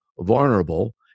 vulnerable